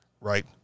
right